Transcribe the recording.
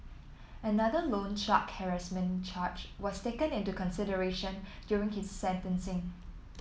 another loan shark harassment charge was taken into consideration during his sentencing